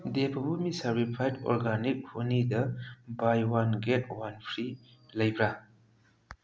ꯗꯦꯕꯕꯨꯃꯤ certified organic ꯍꯣꯅꯤꯗ buy one get one free ꯂꯩꯕ꯭ꯔ